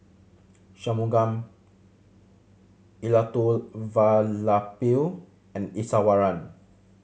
Shunmugam Elattuvalapil and Iswaran